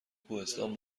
کوهستان